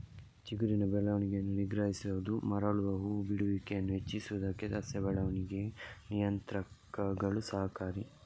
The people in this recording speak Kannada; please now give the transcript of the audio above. ಚಿಗುರಿನ ಬೆಳವಣಿಗೆಯನ್ನು ನಿಗ್ರಹಿಸುವುದು ಮರಳುವ ಹೂ ಬಿಡುವಿಕೆಯನ್ನು ಹೆಚ್ಚಿಸುವುದಕ್ಕೆ ಸಸ್ಯ ಬೆಳವಣಿಗೆ ನಿಯಂತ್ರಕಗಳು ಸಹಕಾರಿ